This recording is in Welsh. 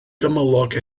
gymylog